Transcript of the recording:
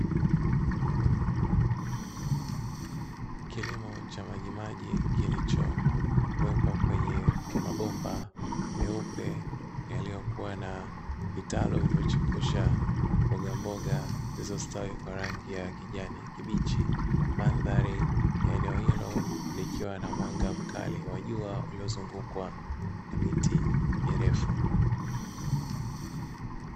Kilimo cha majimaji kilichowekwa kwenye mabomba meupe yaliyokuwa na vitalu vilivyochipusha mbogamboga zilizostawi kwa rangi ya kijani kibichi. Mandhari ya eneo hilo likiwa na mwanga mkali wa jua uliozungukwa na miti mirefu.